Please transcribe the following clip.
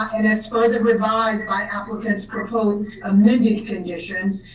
and as for the revised by applicants proposed amended conditions,